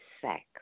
sex